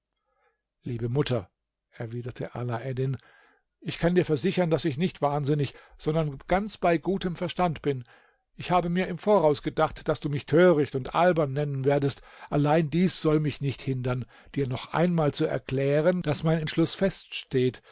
liebe mutter erwiderte alaeddin ich kann dir versichern daß ich nicht wahnsinnig sondern ganz bei gutem verstand bin ich habe mir im voraus gedacht daß du mich töricht und albern nennen werdest allein dies soll mich nicht hindern dir noch einmal zu erklären daß mein entschluß feststeht